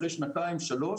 אחרי שנתיים שלוש,